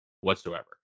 whatsoever